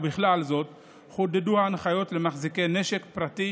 בכלל זה חודדו ההנחיות למחזיקי נשק פרטי